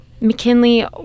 McKinley